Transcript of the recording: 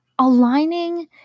Aligning